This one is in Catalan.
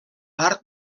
part